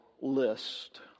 list